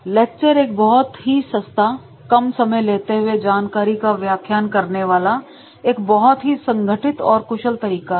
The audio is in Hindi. लेक्चर एक बहुत ही सस्ता कम समय लेते हुए जानकारी का व्याख्यान करने वाला एक बहुत ही संगठित और कुशल तरीका है